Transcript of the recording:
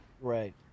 right